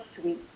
sweet